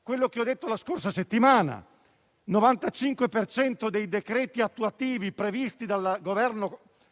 - quello che ho detto la scorsa settimana, cioè che il 95 per cento dei decreti attuativi previsti dal Governo